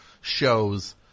shows